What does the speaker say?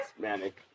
manic